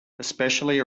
especially